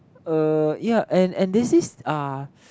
uh yeah and and there is this uh